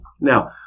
Now